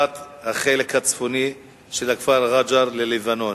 מסירת החלק הצפוני של הכפר רג'ר ללבנון.